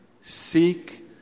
Seek